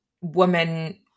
woman